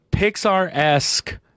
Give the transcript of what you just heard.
pixar-esque